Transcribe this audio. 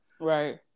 Right